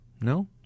No